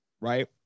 right